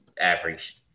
average